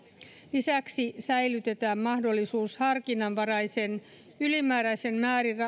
lisäksi säilytetään mahdollisuus harkinnanvaraisen ylimääräisen